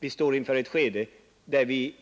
Vi står inför ett skede, där vi